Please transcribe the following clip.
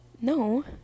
No